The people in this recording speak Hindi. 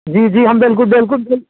जी जी हम बिल्कुल बिल्कुल